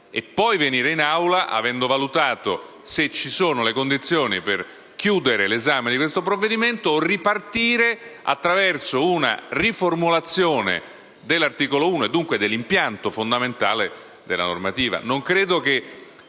e poi venire in Aula avendo valutato se ci sono le condizioni per chiudere l'esame di questo provvedimento o ripartire attraverso una riformulazione dell'articolo 1, dunque dell'impianto fondamentale della normativa.